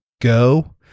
go